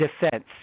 defense